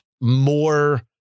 more